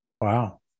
Wow